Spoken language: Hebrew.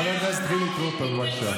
חבר הכנסת חילי טרופר, בבקשה.